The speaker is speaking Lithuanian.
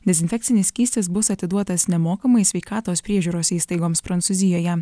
dezinfekcinis skystis bus atiduotas nemokamai sveikatos priežiūros įstaigoms prancūzijoje